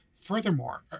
Furthermore